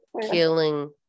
killing